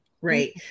Right